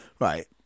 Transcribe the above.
right